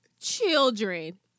children